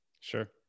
Sure